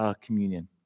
communion